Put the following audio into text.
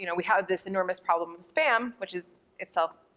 you know we have this enormous problem with spam, which is itself,